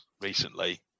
recently